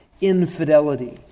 infidelity